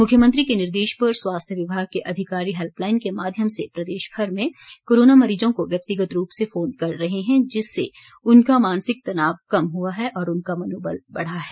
मुख्यमंत्री के निर्देश पर स्वास्थ्य विभाग के अधिकारी हैल्पलाईन के माध्यम से प्रदेशभर में कोरोना मरीजों को व्यक्तिगत रूप से फोन कर रहे हैं जिससे उनका मानसिक तनाव कम हुआ है और उनका मनोबल बढ़ा है